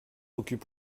occupe